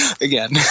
again